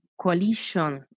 coalition